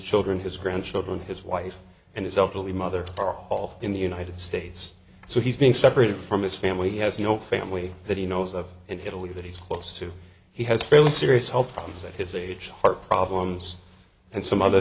children his grandchildren his wife and his helpfully mother are all in the united states so he's being separated from his family he has no family that he knows of and italy that he's close to he has fairly serious health problems at his age heart problems and some other